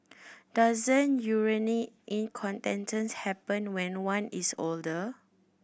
doesn't urinary incontinence happen when one is older